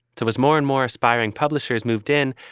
so as more and more aspiring publishers moved in,